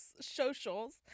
socials